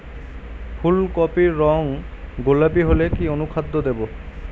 ফুল কপির রং গোলাপী হলে কি অনুখাদ্য দেবো?